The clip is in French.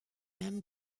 mêmes